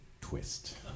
twist